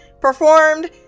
performed